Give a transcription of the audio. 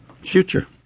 future